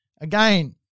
Again